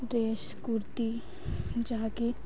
dress kurti ଯାହାକି